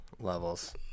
levels